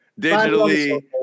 Digitally